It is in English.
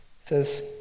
says